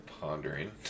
pondering